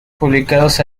publicados